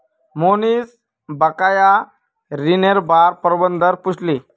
मोहनीश बकाया ऋनेर बार प्रबंधक पूछले